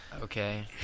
Okay